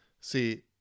See